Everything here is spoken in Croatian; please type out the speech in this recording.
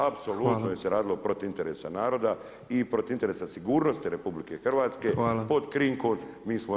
Apsolutno se radilo protiv interesa naroda i protiv interesa sigurnosti RH pod krinkom mi smo u EU.